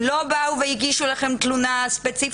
לא באו והגישו לכם תלונה ספציפית,